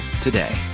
today